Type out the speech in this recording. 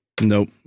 Nope